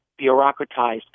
bureaucratized